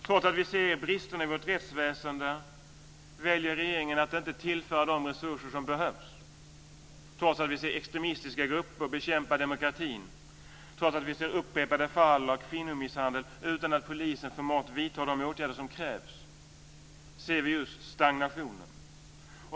Trots att vi ser bristerna i vårt rättsväsende väljer regeringen att inte tillföra de resurser som behövs. Trots att vi ser extremistiska grupper bekämpa demokratin, trots att vi ser upprepade fall av kvinnomisshandel utan att polisen förmått vidta de åtgärder som krävs, ser vi just stagnationen.